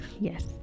yes